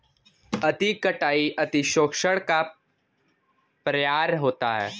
अति कटाई अतिशोषण का पर्याय होता है